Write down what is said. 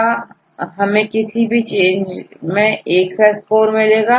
क्या हमें किसी भी चेंज में एक सा स्कोर मिलेगा